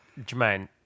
Jermaine